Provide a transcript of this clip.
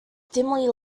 dimly